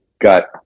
got